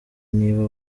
niba